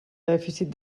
dèficit